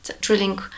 drilling